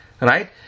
right